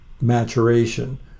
maturation